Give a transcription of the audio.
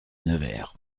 nevers